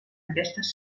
aquestes